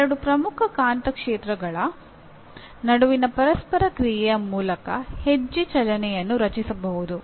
ಎರಡು ಪ್ರಮುಖ ಕಾಂತಕ್ಷೇತ್ರಗಳ ನಡುವಿನ ಪರಸ್ಪರ ಕ್ರಿಯೆಯ ಮೂಲಕ ಹೆಜ್ಜೆ ಚಲನೆಯನ್ನು ರಚಿಸಬಹುದು